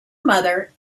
mother